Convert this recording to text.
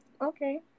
Okay